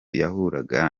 yahuraga